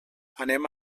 anem